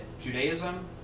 Judaism